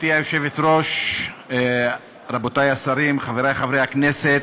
גברתי היושבת-ראש, רבותי השרים, חברי הכנסת,